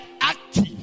active